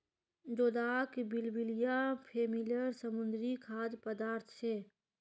जोदाक बिब्लिया फॅमिलीर समुद्री खाद्य पदार्थ छे